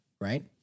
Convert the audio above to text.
right